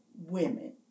women